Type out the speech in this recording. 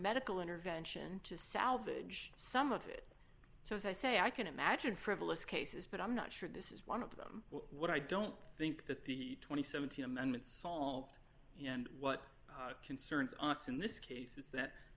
medical intervention to salvage some of it so as i say i can imagine frivolous cases but i'm not sure this is one of them what i don't think that the two thousand and seventeen amendments solved and what concerns us in this case is that